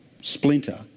splinter